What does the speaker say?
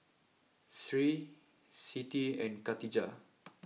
Sri Siti and Khatijah